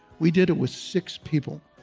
we did it with six people,